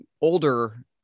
older